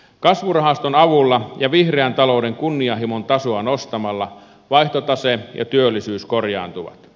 kasvurahaston avulla ja vihreän talouden kunnianhimon tasoa nostamalla vaihtotase ja työllisyys korjaantuvat